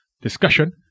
Discussion